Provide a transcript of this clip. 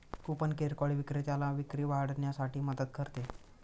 coupon किरकोळ विक्रेत्याला विक्री वाढवण्यासाठी मदत करते